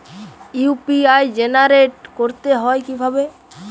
UPI generate করতে হয় কিভাবে?